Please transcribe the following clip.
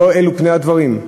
לא אלו פני הדברים?